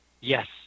Yes